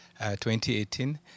2018